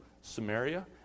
Samaria